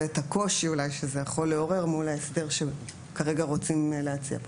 ואת הקושי שזה יכול לעורר מול ההסדר שרוצים להציע פה: